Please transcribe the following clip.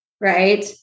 right